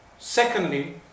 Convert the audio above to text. Secondly